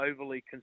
overly